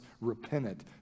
repentant